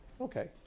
Okay